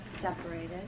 separated